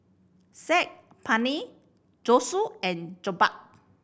Saag Paneer Zosui and Jokbal